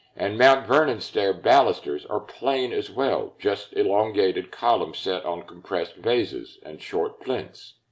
and mount vernon's stair balusters are plain as well, just elongated columns set on compressed vases and short plinths.